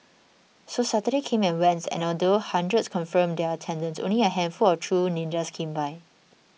so Saturday came and went and although hundreds confirmed their attendance only a handful of true ninjas came by